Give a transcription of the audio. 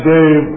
Dave